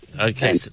Okay